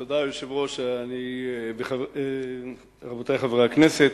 תודה, היושב-ראש, רבותי חברי הכנסת,